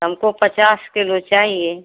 हमको पचास किलो चाहिए